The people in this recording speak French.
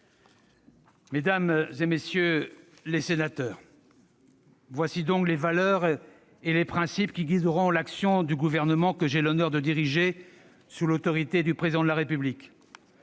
Mesdames, messieurs, voilà donc les valeurs et les principes qui guideront l'action du Gouvernement que j'ai l'honneur de diriger sous l'autorité du Président de la République.